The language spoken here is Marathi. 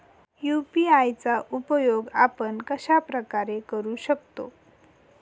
यू.पी.आय चा उपयोग आपण कशाप्रकारे करु शकतो?